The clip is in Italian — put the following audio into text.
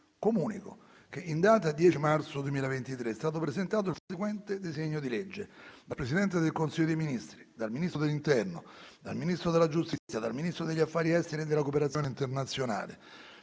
In data 10 marzo 2023 è stato presentato il seguente disegno di legge: dal Presidente del Consiglio dei ministri, dal Ministro dell’interno, dal Ministro della giustizia, dal Ministro degli affari esteri e della coopera- zione internazionale,